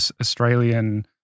Australian